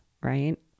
right